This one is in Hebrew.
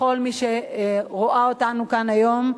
לכל מי שרואה אותנו כאן היום,